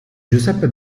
giuseppe